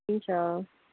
हुन्छ